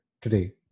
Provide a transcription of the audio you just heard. today